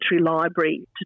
Library